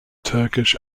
turkish